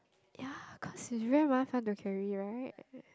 ya cause is very 麻烦:mafan to carry right